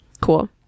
Cool